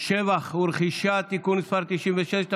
(שבח ורכישה) (תיקון מס' 96),